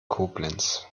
koblenz